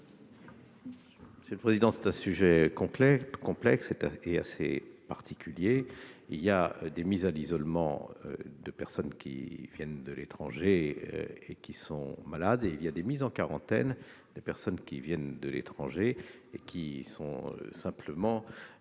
? Ce sujet est complexe et assez spécifique. Il y a des mises à l'isolement de personnes qui viennent de l'étranger et sont malades et il y a des mises en quarantaine de personnes qui viennent de l'étranger et sont simplement